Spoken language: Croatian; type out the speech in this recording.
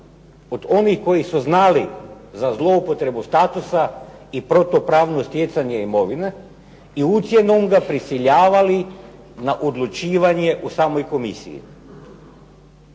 od onih koji su znali za zloupotrebu statusa i protupravno stjecanje imovine i ucjenom ga prisiljavali na odlučivanje u samoj komisiji?